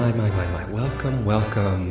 my, my, my, my. welcome, welcome.